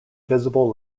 visible